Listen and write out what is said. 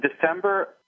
December